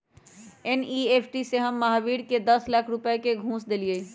NEFT से हम महावीर के दस लाख रुपए का घुस देलीअई